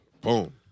Boom